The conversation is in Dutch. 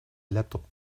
laptop